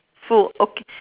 full ok~